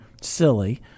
silly